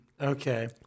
okay